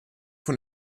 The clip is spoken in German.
von